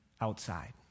outside